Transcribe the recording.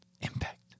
impact